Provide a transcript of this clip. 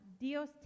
Dios